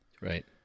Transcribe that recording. Right